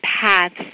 paths